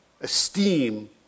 esteem